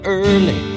early